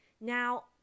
now